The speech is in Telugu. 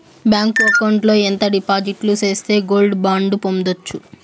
బ్యాంకు అకౌంట్ లో ఎంత డిపాజిట్లు సేస్తే గోల్డ్ బాండు పొందొచ్చు?